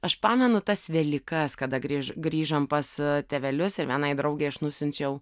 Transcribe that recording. aš pamenu tas velykas kada grįž grįžom pas tėvelius ir vienai draugei aš nusiunčiau